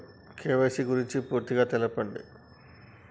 KYC గురించి పూర్తిగా తెలపండి?